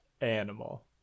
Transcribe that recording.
animal